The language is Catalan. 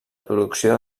producció